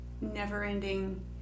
never-ending